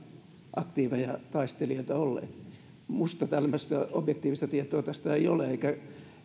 aktiiveja taistelijoita olleet minusta tällaista objektiivista tietoa tästä ei ole